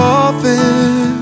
often